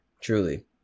Truly